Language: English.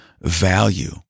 value